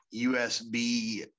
USB